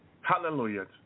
Hallelujah